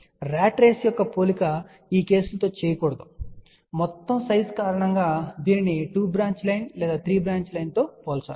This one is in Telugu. ర్యాట్ రేసు యొక్క పోలిక ఈ కేసులతో చేయకూడదుమొత్తం సైజ్ కారణంగా దీనిని 2 బ్రాంచ్ లైన్ లేదా3 బ్రాంచ్ లైన్తో పోల్చాలి